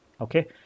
Okay